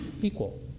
equal